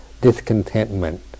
discontentment